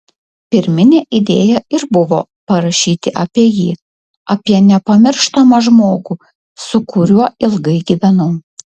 pirminė idėja ir buvo parašyti apie jį apie nepamirštamą žmogų su kuriuo ilgai gyvenau